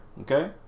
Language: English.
Okay